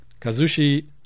Kazushi